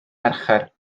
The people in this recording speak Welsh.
mercher